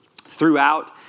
Throughout